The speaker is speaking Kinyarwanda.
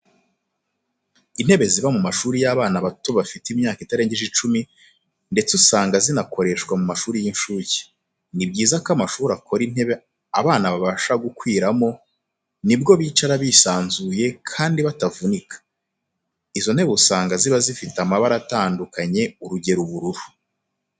Intebe ziba mu mashuri y'abana bato bafite imyaka itarengeje icumi, ndetse usanga zinakoreshwa mu mashuri y'incuke. Ni byiza ko amashuri akora intebe abana babasha gukwirwamo, ni bwo bicara bisanzuye kandi batavunika. Izo ntebe usanga ziba zifite amabara atandukanye urugero, ubururu.